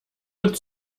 und